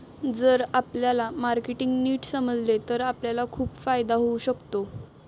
जर आपल्याला मार्केटिंग नीट समजले तर आपल्याला खूप फायदा होऊ शकतो